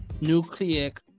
nucleic